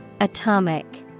Atomic